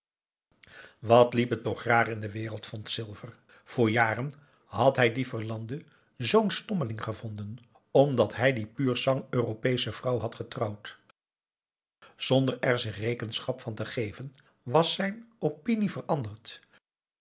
wat liep het toch raar in de wereld vond silver voor jaren had hij dien verlande zoo'n stommeling gevonden omdat hij die pur sang europeesche vrouw had getrouwd zonder er zich rekenschap van te geven was zijn opinie veranderd